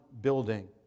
building